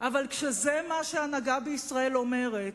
אבל כשזה מה שההנהגה בישראל אומרת,